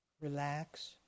Relax